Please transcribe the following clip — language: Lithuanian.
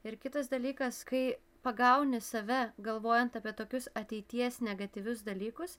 ir kitas dalykas kai pagauni save galvojant apie tokius ateities negatyvius dalykus